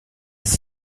ist